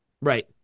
right